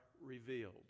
revealed